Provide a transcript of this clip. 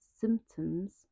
symptoms